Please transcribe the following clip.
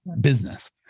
business